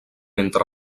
entre